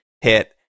hit